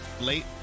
late